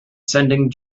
sending